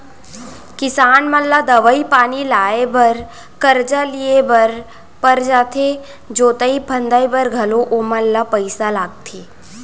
किसान मन ला दवई पानी लाए बर करजा लिए बर पर जाथे जोतई फंदई बर घलौ ओमन ल पइसा लगथे